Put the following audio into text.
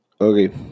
Okay